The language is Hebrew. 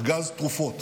ארגז תרופות,